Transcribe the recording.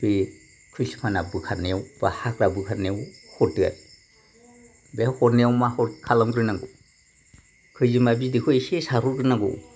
बै खोस्लिफाना बोखारनायाव बा हाग्रा बोखारनायाव हरदो आरो बेहाय हरनायाव मा खालामग्रोनांगौ खैजोमा बिदैखौ एसे सारहरग्रोनांगौ